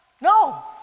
No